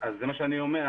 זה מה שאני אומר.